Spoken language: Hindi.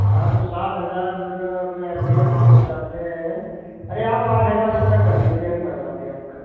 हाँ तो सात हजार में अभी आपको बताते हैं अरे आप आठ हजार रुपया कर दीजिए हम करवा दें आपका